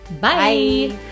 Bye